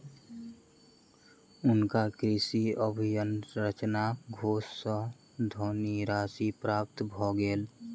हुनका कृषि अवसंरचना कोष सँ धनराशि प्राप्त भ गेल